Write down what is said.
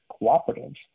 cooperatives